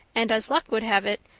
and, as luck would have it,